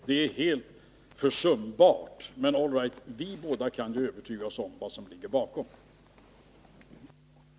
Det är inte så viktigt, men vi båda kan övertyga oss om vad som var avsikten med det hela.